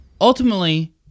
Ultimately